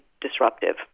disruptive